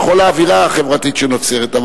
וכל האווירה החברתית שנוצרת.